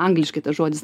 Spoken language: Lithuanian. angliškai tas žodis